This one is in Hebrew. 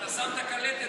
אתה שמת קלטת,